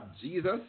Jesus